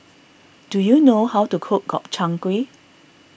do you know how to cook Gobchang Gui